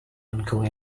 uncle